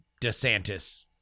DeSantis